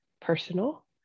personal